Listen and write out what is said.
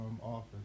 office